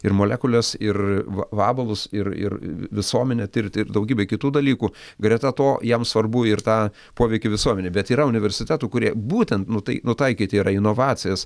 ir molekules ir va vabalus ir ir visuomenę tirti ir daugybę kitų dalykų greta to jam svarbu ir tą poveikį visuomenei bet yra universitetų kurie būtent nutai nutaikyti yra inovacijas